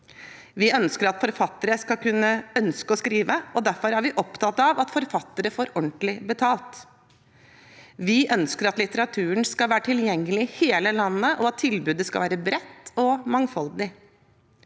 Vi ønsker at forfattere skal kunne ønske å skrive, og derfor er vi opptatt av at de får ordentlig betalt. Vi ønsker at litteraturen skal være tilgjengelig i hele landet, og at tilbudet skal være bredt og mangfoldig.